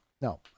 no